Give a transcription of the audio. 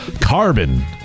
carbon